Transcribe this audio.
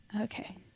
Okay